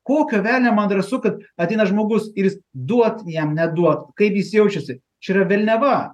kokio velnio man drąsu kad ateina žmogus ir jis duot jam neduot kaip jis jaučiasi čia yra velniava